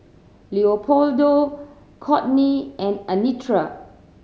Leopoldo Kortney and Anitra